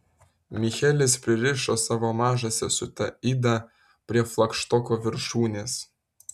michelis pririšo savo mažą sesutę idą prie flagštoko viršūnės